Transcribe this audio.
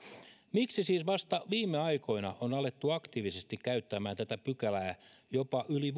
miksi siis vasta viime aikoina on alettu aktiivisesti käyttämään tätä pykälää jopa yli